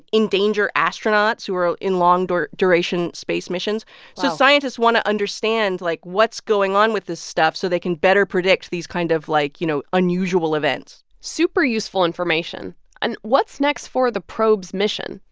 endanger astronauts who are in long-duration space missions wow so scientists want to understand, like, what's going on with this stuff so they can better predict these kind of, like, you know, unusual events super useful information and what's next for the probe's mission?